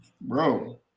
Bro